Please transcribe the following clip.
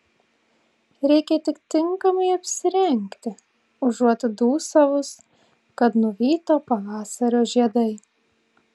reikia tik tinkamai apsirengti užuot dūsavus kad nuvyto pavasario žiedai